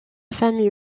famille